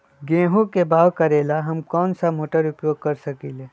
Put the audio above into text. गेंहू के बाओ करेला हम कौन सा मोटर उपयोग कर सकींले?